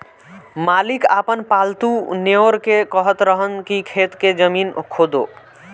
मालिक आपन पालतु नेओर के कहत रहन की खेत के जमीन खोदो